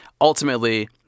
ultimately